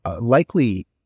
likely